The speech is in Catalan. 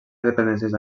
dependències